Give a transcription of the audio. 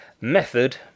Method